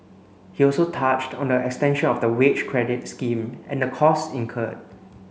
he also touched on the extension of the wage credit scheme and the costs incurred